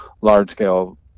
large-scale